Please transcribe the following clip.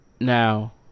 Now